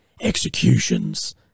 executions